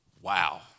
Wow